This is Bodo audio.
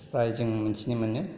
फ्राय जों मोन्थिनो मोनो